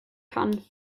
kann